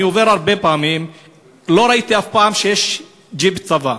אני עובר הרבה פעמים לא ראיתי אף פעם ג'יפ צבאי.